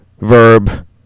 verb